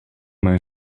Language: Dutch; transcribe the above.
mijn